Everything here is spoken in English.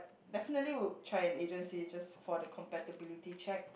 definitely would try an agency just for the compatibility check